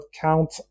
count